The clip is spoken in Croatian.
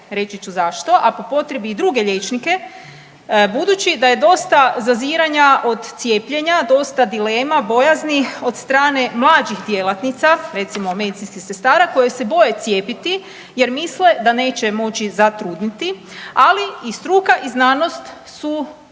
reći ću zašto, a po potrebi i druge liječnike budući da je dosta zaziranja od cijepljenja, dosta dilema, bojazni od strane mlađih djelatnica, recimo medicinskih sestara koje se boje cijepiti jer misle da neće moći zatrudnjeti, ali i struka i znanost su